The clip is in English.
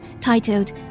titled